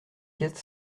quatre